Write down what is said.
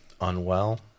Unwell